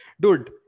dude